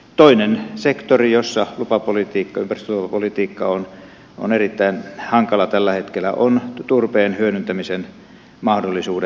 toinen sektori jossa lupapolitiikka ympäristölupapolitiikka on erittäin hankala tällä hetkellä on turpeen hyödyntämisen mahdollisuudet